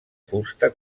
fusta